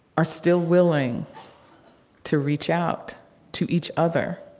are still willing to reach out to each other.